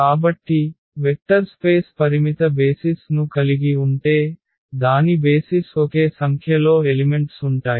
కాబట్టి vector space పరిమిత basis ను కలిగి ఉంటే దాని బేసిస్ ఒకే సంఖ్యలో ఎలిమెంట్స్ ఉంటాయి